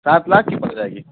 सात लाख की पड़ जाएगी